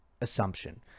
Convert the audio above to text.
assumption